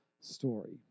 story